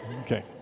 Okay